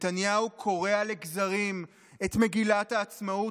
נתניהו קורע לגזרים את מגילת העצמאות,